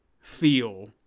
feel